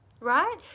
right